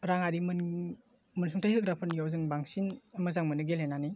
राङारि मोनसुंथाय होग्राफोरनियाव जों बांसिन मोजां मोनो गेलेनानै